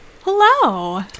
Hello